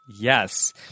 Yes